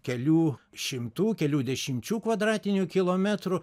kelių šimtų kelių dešimčių kvadratinių kilometrų